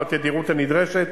בתדירות הנדרשת,